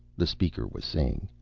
the speaker was saying.